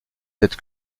cette